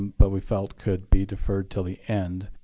but we felt could be deferred till the end.